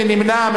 מי נגד?